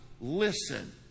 listen